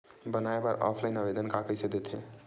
बनाये बर ऑफलाइन आवेदन का कइसे दे थे?